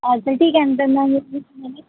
अच्छा ठीक आहे ना तर मग